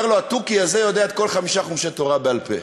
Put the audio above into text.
אומר לו: התוכי הזה יודע את כל חמישה חומשי תורה בעל-פה.